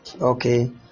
Okay